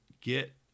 get